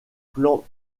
plan